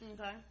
okay